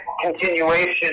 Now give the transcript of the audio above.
continuation